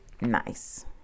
nice